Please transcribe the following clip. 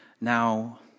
now